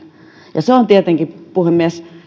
ja se on tietenkin puhemies